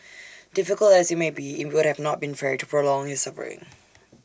difficult as IT may be IT would not have been fair to prolong his suffering